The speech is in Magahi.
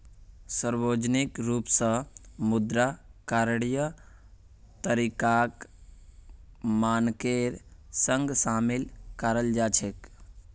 सार्वजनिक रूप स मुद्रा करणीय तरीकाक मानकेर संग शामिल कराल जा छेक